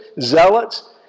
zealots